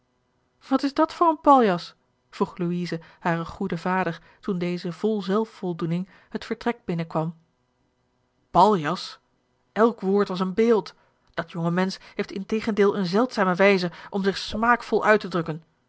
wat is dat voor een paljas vroeg louise haren goeden vader toen deze vol zelfvoldoening het vertrek binnen kwam paljas elk woord was een beeld dat jonge mensch heeft integendeel eene zeldzame wijze om zich smaakvol uit te drukken